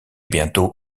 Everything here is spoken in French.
bientôt